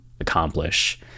accomplish